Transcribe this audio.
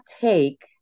take